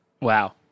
Wow